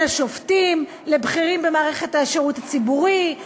השופטים לבכירים במערכת השירות הציבורי,